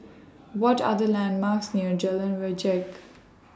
What Are The landmarks near Jalan Wajek